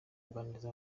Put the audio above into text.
aganiriza